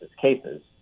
cases